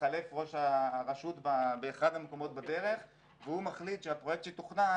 מתחלף ראש הרשות באחד המקומות בדרך והוא מחליט שהפרויקט שתוכנן,